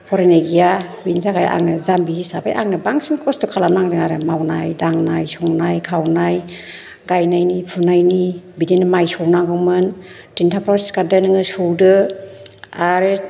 फरायनाय गैया बिनि थाखाय आङो जाम्बि हिसाबै आंनो बांसिन खस्थ' खालामनांदों आरो मावनाय दांनाय संनाय खावनाय गायनायनि फुनायनि बिदिनो माय सौनांगौमोन तिनटाफ्राव सिखारदो नोङो सौदो आरो